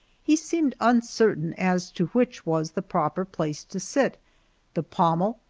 he seemed uncertain as to which was the proper place to sit the pommel,